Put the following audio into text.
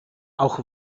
auch